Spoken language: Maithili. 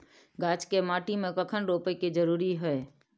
गाछ के माटी में कखन रोपय के जरुरी हय?